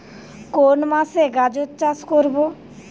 কোন মাসে গাজর চাষ করব?